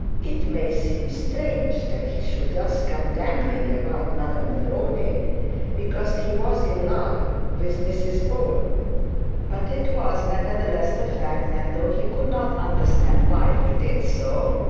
it may seem strange that he should thus come dangling about madame neroni because he was in love with mrs bold but it was nevertheless the fact and though he could not understand why he did so,